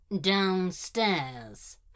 downstairs